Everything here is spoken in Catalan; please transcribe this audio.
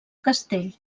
castell